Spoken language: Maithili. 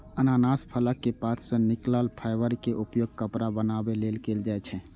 अनानास फलक पात सं निकलल फाइबर के उपयोग कपड़ा बनाबै लेल कैल जाइ छै